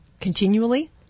continually